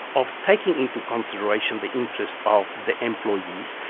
of taking into consideration the interest of the employees.